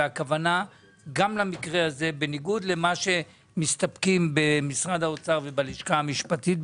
והכוונה גם למקרה הזה בניגוד למה שמסתפקים במשרד האוצר ובלשכה המשפטית,